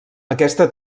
aquesta